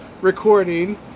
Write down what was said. recording